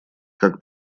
как